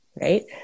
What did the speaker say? Right